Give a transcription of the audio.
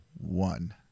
one